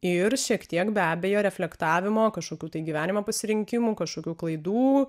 ir šiek tiek be abejo reflektavimo kažkokių tai gyvenimo pasirinkimų kažkokių klaidų